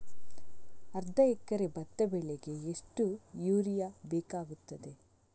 ಅರ್ಧ ಎಕರೆ ಭತ್ತ ಬೆಳೆಗೆ ಎಷ್ಟು ಯೂರಿಯಾ ಬೇಕಾಗುತ್ತದೆ?